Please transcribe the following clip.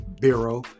Bureau